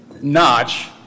Notch